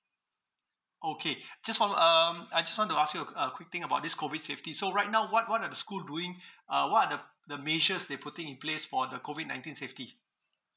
okay just follow um I just want to ask you a q~ a quick thing about this COVID safety so right now what what are the school doing uh what are the the measures they putting in place for the COVID nineteen safety